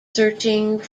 searching